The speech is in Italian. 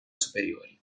superiori